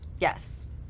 Yes